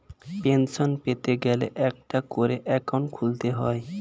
pension পেতে গেলে একটা করে অ্যাকাউন্ট খুলতে হয়